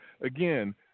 Again